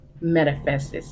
manifests